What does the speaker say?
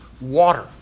water